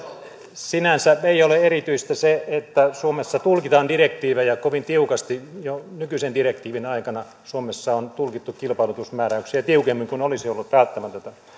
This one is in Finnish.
sinänsä ei ole erityistä se että suomessa tulkitaan direktiivejä kovin tiukasti jo nykyisen direktiivin aikana suomessa on tulkittu kilpailutusmääräyksiä tiukemmin kuin olisi ollut välttämätöntä